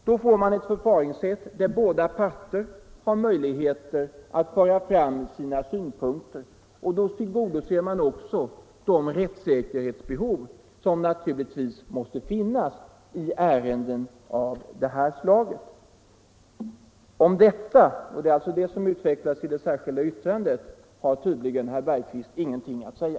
Då får man ett förfaringssätt där båda parter har möjligheter att föra fram sina synpunkter, och då tillgodoser man också de rättssäkerhetsbehov som naturligtvis måste finnas i ärenden av det här slaget. Om detta — och det är alltså det som utvecklas i det särskilda yttrandet — har tydligen herr Bergqvist ingenting att säga.